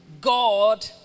God